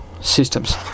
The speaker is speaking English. systems